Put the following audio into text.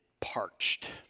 parched